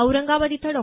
औरंगाबाद इथं डॉ